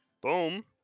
Boom